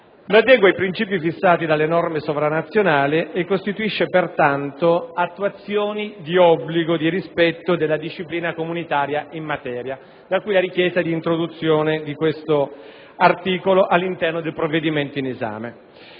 adegua ai princìpi fissati dalle norme sovranazionali. Costituisce pertanto attuazione di obblighi di rispetto della disciplina comunitaria in materia; da qui la richiesta di introduzione di tale articolo all'interno del provvedimento in esame.